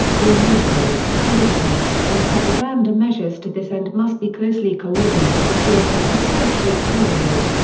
all military, political, and propaganda measures to this end must be closely coordinated during the preparatory period.